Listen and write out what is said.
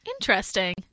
Interesting